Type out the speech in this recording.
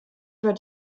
über